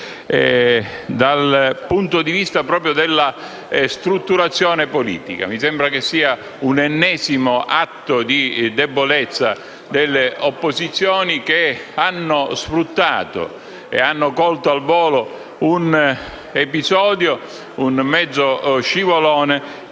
dal punto di vista della strutturazione politica. Mi sembra siano l'ennesimo atto di debolezza delle opposizioni che hanno sfruttato e hanno colto al volo un episodio, un mezzo scivolone